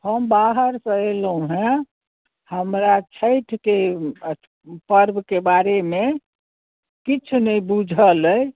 हम बाहरसँ अएलहुँ हँ हमरा छठिके पर्वके बारेमे किछु नहि बुझल अइ